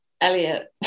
Elliot